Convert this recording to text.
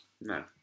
No